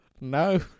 no